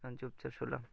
স্নান করতে